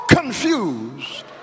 Confused